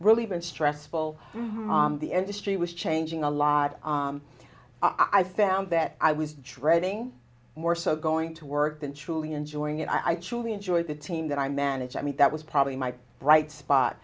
really been stressful the industry was changing a lot i found that i was dreading more so going to work than truly enjoying it i truly enjoy the team that i manage i mean that was probably my bright spot